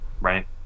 Right